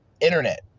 Internet